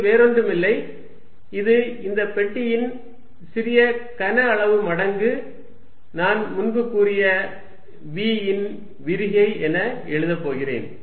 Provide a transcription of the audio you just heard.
இது வேறொன்றுமில்லை இது இந்த பெட்டியின் சிறிய கன அளவு மடங்கு நான் முன்பு கூறிய v இன் விரிகை என எழுதப் போகிறேன்